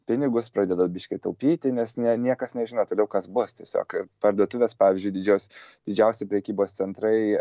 pinigus pradeda biškį taupyti nes ne niekas nežino toliau kas bus tiesiog parduotuvės pavyzdžiui didžios didžiausi prekybos centrai